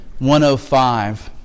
105